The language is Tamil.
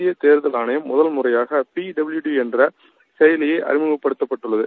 இந்தியதேர்தல் ஆணையம் முதன்முறையாகபிடபிள்யுடி என்றசெயலியைஅறிமுகப்படுத்தப்பட்டுள்ளது